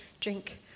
drink